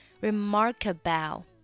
remarkable